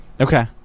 Okay